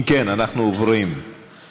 אם כן, אנחנו עוברים להצבעה.